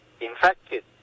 infected